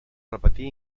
repetir